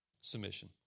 submission